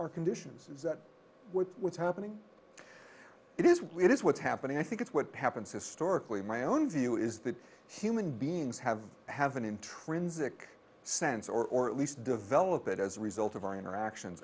our conditions is that what's happening it is what it is what's happening i think it's what happens historically my own view is that human beings have to have an intrinsic sense or at least develop it as a result of our interactions